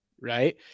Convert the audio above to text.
right